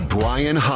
Brian